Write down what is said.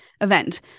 event –